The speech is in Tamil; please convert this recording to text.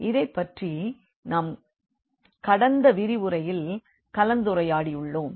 இதைப்பற்றி நாம் கடந்த விரிவுரையில் கலந்துரையாடியுள்ளோம்